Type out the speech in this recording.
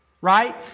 right